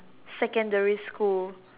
secondary school